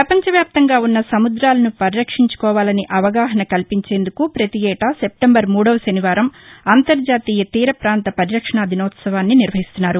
ప్రపంచ వ్యాప్తంగా ఉన్న సముదాలను పరిరక్షించుకోవాలని అవగాహన కల్పించేందుకు ప్రతీ ఏటా సెప్టెంబర్ మూడవ శనివారం అంతర్జాతీయ తీర పాంత పరిరక్షణ దినోత్సవాన్ని నిర్వహిస్తున్నారు